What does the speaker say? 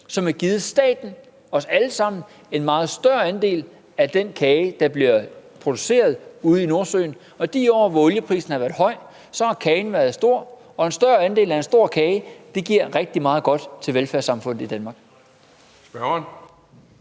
som har givet staten, os alle sammen, en meget større andel af den kage, der bliver produceret ude i Nordsøen. Og de år, hvor olieprisen har været høj, har kagen været stor, og en større andel af en stor kage giver rigtig meget godt til velfærdssamfundet Danmark.